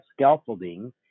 scaffolding